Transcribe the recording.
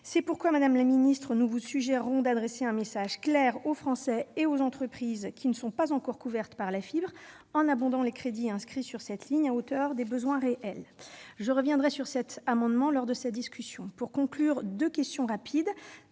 C'est pourquoi, madame la secrétaire d'État, nous vous suggérons d'adresser un message clair aux Français et aux entreprises qui ne sont pas encore couverts par la fibre en abondant les crédits inscrits sur cette ligne à la hauteur des besoins réels. Je reviendrai sur cet amendement lors de son examen. Pour conclure, je poserai deux questions rapides.